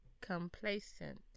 Complacent